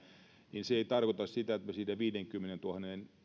niin se ei tarkoita sitä että sitä viidenkymmenentuhannen